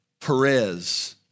Perez